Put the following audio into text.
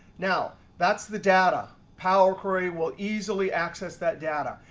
now, that's the data. power query will easily access that data.